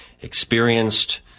experienced